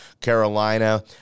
Carolina